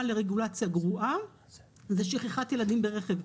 לרגולציה גרועה זה שכחת ילדים ברכב.